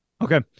Okay